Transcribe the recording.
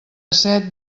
set